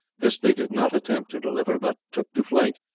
this they did not attempt to deliver, but took to flight,